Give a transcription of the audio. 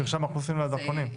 מרשם האוכלוסין והדרכונים.